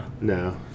no